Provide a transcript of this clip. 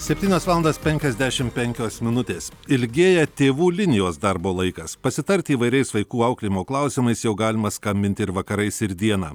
septynios valandos penkiasdešimt penkios minutės ilgėja tėvų linijos darbo laikas pasitarti įvairiais vaikų auklėjimo klausimais jau galima skambinti ir vakarais ir dieną